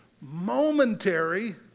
Momentary